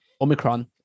Omicron